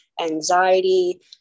anxiety